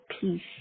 peace